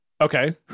okay